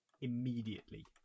immediately